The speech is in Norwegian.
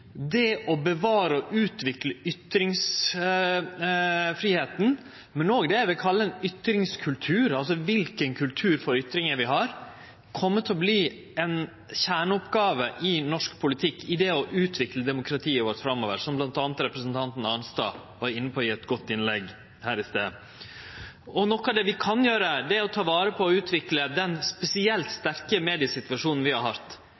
det å bevare og utvikle ytringsfridomen, men òg det eg vil kalle ein ytringskultur, altså kva kultur vi har for ytringar, kjem til å verte ei kjerneoppgåve i norsk politikk når det gjeld å utvikle demokratiet vårt framover, som bl.a. representanten Arnstad var inne på i eit godt innlegg her i stad. Noko av det vi kan gjere, er å ta vare på og utvikle den spesielt sterke mediesituasjonen vi har hatt.